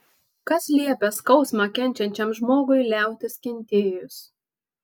kas liepia skausmą kenčiančiam žmogui liautis kentėjus